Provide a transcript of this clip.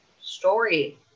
story